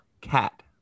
cat